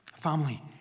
Family